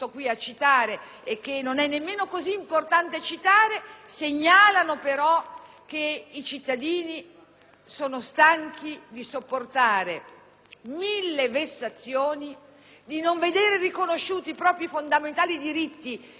sono stanchi di sopportare mille vessazioni, di non veder riconosciuti i propri fondamentali diritti - e la sicurezza è un fondamentale diritto dei cittadini che si uniscono in una società, in uno Stato, in una comunità